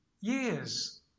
years